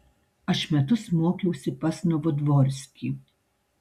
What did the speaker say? aš metus mokiausi pas novodvorskį